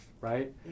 right